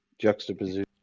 juxtaposition